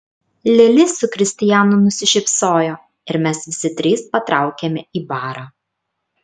lili su kristijanu nusišypsojo ir mes visi trys patraukėme į barą